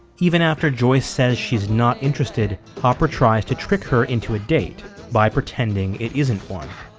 even after joyce says she's not interested, hopper tries to trick her into a date by pretending it isn't one